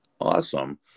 Awesome